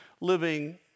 Living